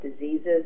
diseases